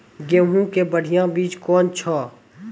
गेहूँ के बढ़िया बीज कौन छ?